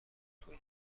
طول